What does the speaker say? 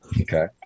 okay